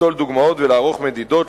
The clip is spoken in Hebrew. ליטול דוגמאות ולערוך מדידות,